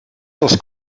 dels